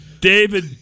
David